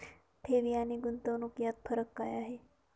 ठेवी आणि गुंतवणूक यात फरक काय आहे?